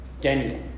Daniel